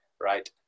right